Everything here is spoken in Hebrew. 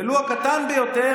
ולו הקטן ביותר,